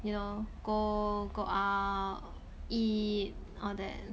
you know go go out eat all that